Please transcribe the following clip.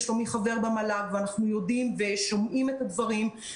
ושלומי חבר במל"ג ואנחנו יודעים ושומעים את הדברים.